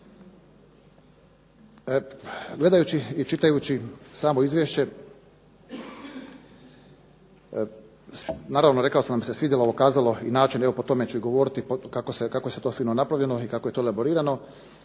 Gledajući i čitajući samo Izvješće naravno rekao sam ako vam se svidjelo ovo kazalo i način evo po tome ću i govoriti kako je to sve fino napravljeno i kako je to elaborirano.